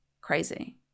crazy